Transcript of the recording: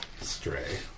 Stray